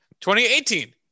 2018